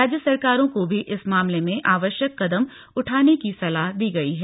राज्य सरकारों को भी इस मामले में आवश्यक कदम उठाने की सलाह दी गई है